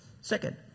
Second